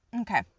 Okay